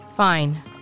Fine